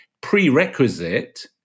prerequisite